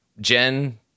Jen